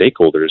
stakeholders